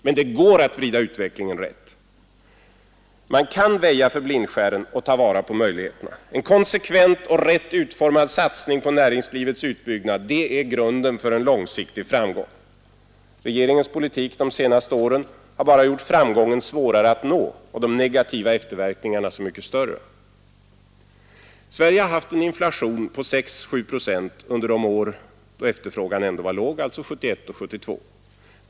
Men det går att vrida utvecklingen rätt. Man kan väja för blindskären och ta vara på möjligheterna. En konsekvent och rätt utformad satsning på näringslivets utbyggnad är grunden för långsiktig framgång. Regeringens politik de senaste åren har bara gjort framgången svårare att nå och de negativa efterverkningarna så mycket större. Sverige har haft en inflation på sex — sju procent under de år då efterfrågan ändå var låg, alltså 1971 och 1972.